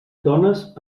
dones